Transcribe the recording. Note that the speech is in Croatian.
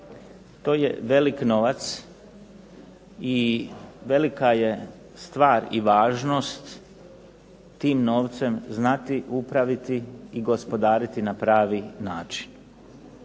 To je velik novac, i velika je stvar i važnost tim novcem znati upraviti i gospodariti na pravi način.